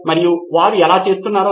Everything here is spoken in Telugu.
అవును అది కూడా నేను ఊహిస్తున్నాను